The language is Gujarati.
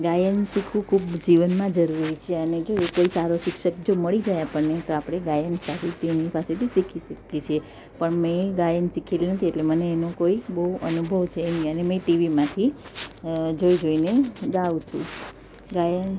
ગાયન શીખવું ખૂબ જીવનમાં જરૂરી છે અને જો એ કોઈ સારો શિક્ષક જો મળી જાય આપણને તો આપણે ગાયન સાહિત્ય એમની પાસેથી શીખી શકી છીએ પણ મેં ગાયન શીખેલ નથી એટલે મને એનું કોઈ બહુ અનુભવ છે નહીં અને મેં ટીવીમાંથી જોઈ જોઈને ગાઉં છું ગાયન